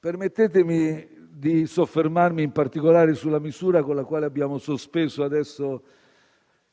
Permettetemi di soffermarmi, in particolare, sulla misura con la quale abbiamo sospeso